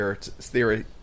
theory